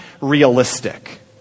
realistic